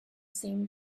same